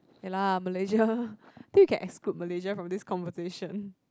ya lah Malaysia think you can exclude Malaysia from this conversation